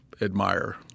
admire